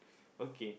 okay